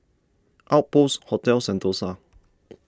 Outpost Hotel Sentosa